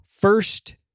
First